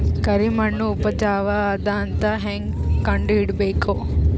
ಕರಿಮಣ್ಣು ಉಪಜಾವು ಅದ ಅಂತ ಹೇಂಗ ಕಂಡುಹಿಡಿಬೇಕು?